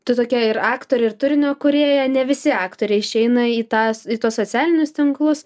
tie tokie ir aktoriai ir turinio kūrėja ne visi aktoriai išeina į tas tuos socialinius tinklus